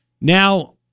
Now